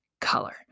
Color